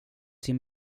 sin